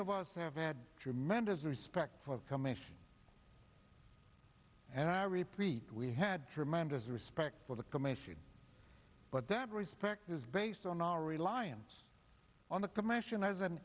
of us have had tremendous respect for the company and i repeat we had tremendous respect for the commission but that respect is based on our reliance on the commission as an